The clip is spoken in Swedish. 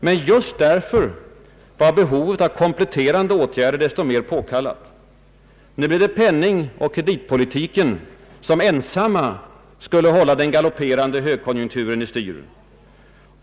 Men just därför var behovet av kompletterande åtgärder desto mer påkallat. Nu blev det penningoch kreditpolitiken som ensamma skulle hålla den galopperande högkonjunkturen i styr.